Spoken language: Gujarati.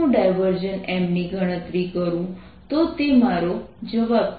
M ની ગણતરી કરું તો તે મારો જવાબ છે